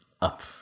up